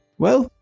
well,